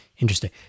Interesting